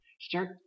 Start